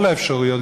כל האפשרויות,